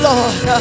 Lord